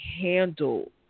handle